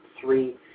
three